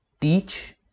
teach